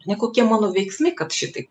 nekokie mano veiksmai kad šitaip